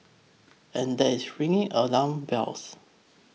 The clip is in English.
and that is ringing alarm bells